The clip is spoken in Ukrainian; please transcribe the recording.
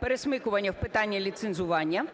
пересмикування в питанні ліцензування.